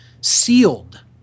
sealed